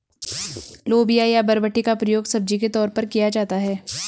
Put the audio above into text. लोबिया या बरबटी का प्रयोग सब्जी के तौर पर किया जाता है